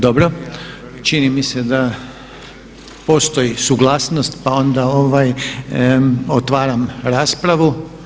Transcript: Dobro, čini mi se da postoji suglasnost pa onda otvaram raspravu.